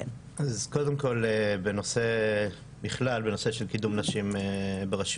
קודם כל בכלל בנושא של קידום נשים ברשויות,